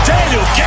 Daniel